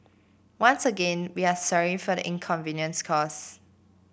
once again we are sorry for the inconvenience cause